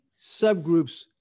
subgroups